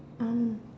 mm